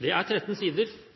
Det er